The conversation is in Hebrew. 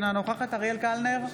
אינה נוכחת אריאל קלנר,